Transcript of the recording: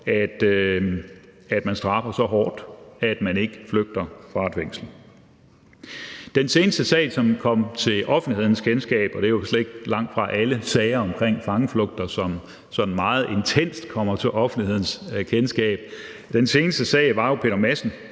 at vi straffer det så hårdt, at man ikke flygter fra et fængsel. Den seneste sag, som kom til offentlighedens kendskab – og det er jo langtfra alle sager omkring fangeflugter, som sådan meget intenst kommer til offentlighedens kendskab – var jo Peter Madsen,